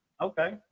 Okay